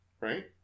Right